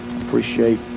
Appreciate